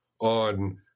on